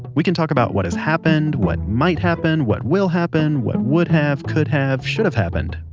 we can talk about what has happened, what might happen, what will happen, what would have, could have, should have happened.